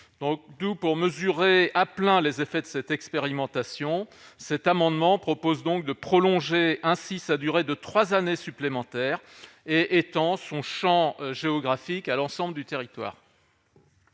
Pour mesurer à plein les effets de cette expérimentation, cet amendement vise à prolonger sa durée de trois années supplémentaires et à étendre son champ géographique à l'ensemble du territoire.